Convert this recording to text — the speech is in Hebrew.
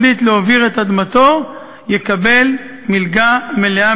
חקלאי שיחליט להוביר את אדמתו יקבל מלגה מלאה,